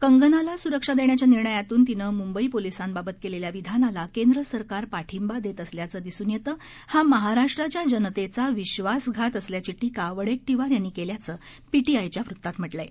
कंगनाला सुरक्षा देण्याच्या निर्णयातून तिने मुंबई पोलिसांबाबत केलेल्या विधानाला केंद्र सरकार पाठिंबा देत असल्याचं दिसून येतं हा महाराष्ट्राच्या जनतेचा विश्वासघात असल्याची टीका वडेट्टीवार यांनी केल्याचं पीटीआयच्या वृत्तात म्हटलं आहे